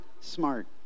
smart